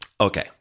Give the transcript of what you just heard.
okay